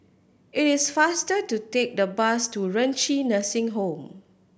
it is faster to take the bus to Renci Nursing Home